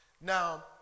Now